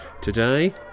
today